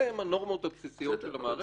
אלה הן הנורמות הבסיסיות של המערכת, אבל